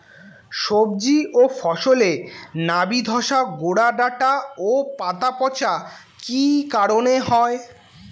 সবজি ও ফসলে নাবি ধসা গোরা ডাঁটা ও পাতা পচা কি কারণে হয়?